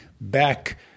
back